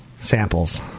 samples